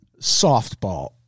softball